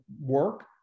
work